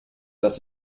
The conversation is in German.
dass